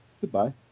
goodbye